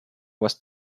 was